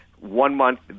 one-month